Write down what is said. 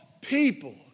people